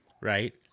right